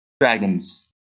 Dragons